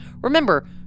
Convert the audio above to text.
Remember